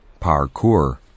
parkour